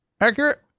accurate